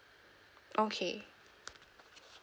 okay